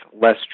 Less